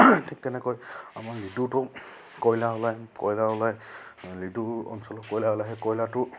ঠিক তেনেকৈ আমাৰ লিডুটো কয়লা ওলায় কয়লা ওলায় লিডুৰ অঞ্চলৰ কয়লা ওলায় সেই কয়লাটো